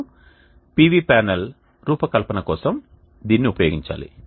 మీరు PV panel రూపకల్పన కోసం దీనిని ఉపయోగించాలి